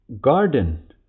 garden